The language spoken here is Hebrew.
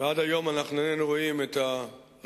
ועד היום אנחנו איננו רואים את הרגישות.